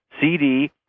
CD